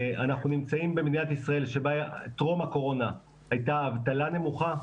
אנחנו נמצאים במדינת ישראל שבה טרום הקורונה הייתה אבטלה נמוכה,